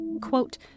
quote